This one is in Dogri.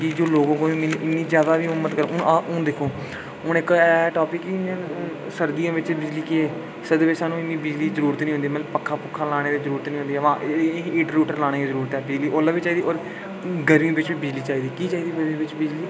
की जो लोग ओ इ'न्नी जादै बी हिम्म्मत हून दिक्खो हून इक टॉपिक की सरदी बिच बिजली कि सरदी बिच सानूं इ'न्नी बिजली दी जरूरत निं होंदी मतलब पक्खा पुक्खा लाने दी जरूरत निं होंदी बा हीटर हूटर लाने दी जरूरत ऐ कि के ओल्लै बी चाहिदी होर गरमियें बिच बिजली चाहिदी कीऽ चाहिदी बिजली